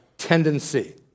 tendency